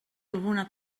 alguna